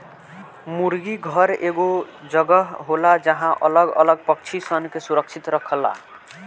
मुर्गी घर एगो जगह होला जहां अलग अलग पक्षी सन के सुरक्षित रखाला